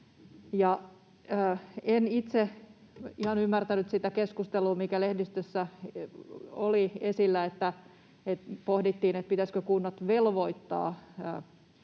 En itse ihan ymmärtänyt sitä keskustelua, mikä lehdistössä oli esillä, kun pohdittiin, pitäisikö kunnat velvoittaa